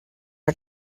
are